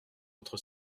entre